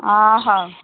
ଓହ ହେଉ